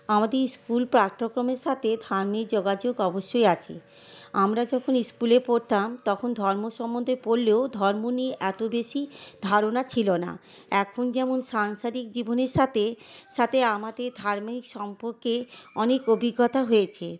আমাদের স্কুল পাঠ্যক্রমের সাথে ধার্মিক যোগাযোগ অবশ্যই আছে আমরা যখন স্কুলে পড়তাম তখন ধর্ম সম্মন্ধে পড়লেও ধর্ম নিয়ে এত বেশি ধারণা ছিল না এখন যেমন সংসারিক জীবনের সাথে সাথে আমাদের ধার্মিক সম্পর্কে অনেক অভিজ্ঞতা হয়েছে